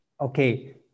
Okay